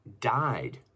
died